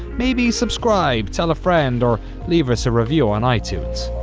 maybe subscribe, tell a friend, or leave us a review on itunes.